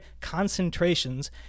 concentrations